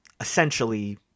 essentially